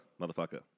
Motherfucker